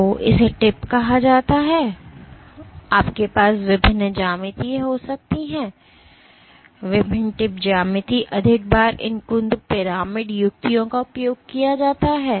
तो इसे टिप कहा जाता है आपके पास विभिन्न ज्यामिति हो सकती हैं विभिन्न टिप ज्यामिति अधिक बार इन कुंद पिरामिड युक्तियों का उपयोग किया जाता है